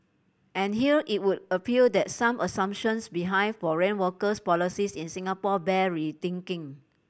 and here it would appear that some assumptions behind foreign workers policies in Singapore bear rethinking